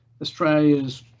Australia's